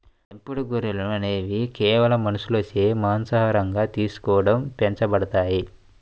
పెంపుడు గొర్రెలు అనేవి కేవలం మనుషులచే మాంసాహారంగా తీసుకోవడం పెంచబడతాయి